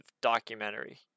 documentary